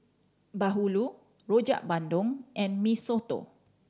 bahulu Rojak Bandung and Mee Soto